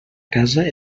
casa